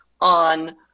on